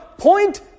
Point